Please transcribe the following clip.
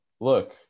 look